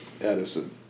Edison